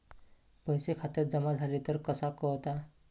पैसे खात्यात जमा झाले तर कसा कळता?